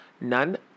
none